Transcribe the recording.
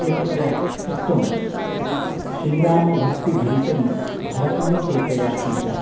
एकत्र उक्तं श्रीरामभक्तिभरितं भरतं केकयात्मजः